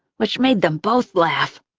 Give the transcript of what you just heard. which made them both laugh.